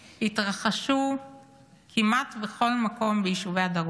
התרחשו כמעט בכל מקום ביישובי הדרום: